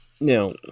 Now